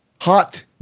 hot